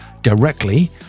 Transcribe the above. directly